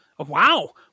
Wow